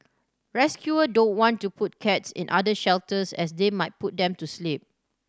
rescuer don't want to put cats in other shelters as they might put them to sleep